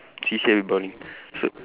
C_C_A everybody